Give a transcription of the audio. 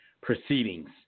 proceedings